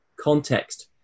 context